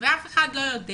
ואף אחד לא יודע